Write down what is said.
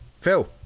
Phil